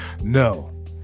No